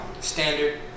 standard